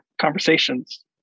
conversations